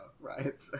right